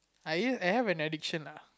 I I have an addiction lah